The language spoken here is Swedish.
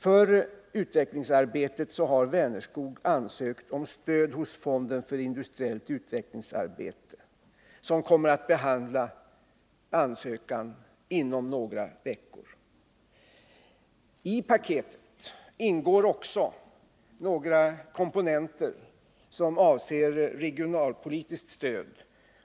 För utvecklingsarbetet har Vänerskog ansökt om stöd hos fonden för industriellt utvecklingsarbete, som kommer att behandla ansökan inom några veckor. I paketet ingår också några komponenter som avser regionalpolitiskt stöd.